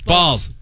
Balls